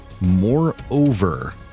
Moreover